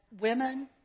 women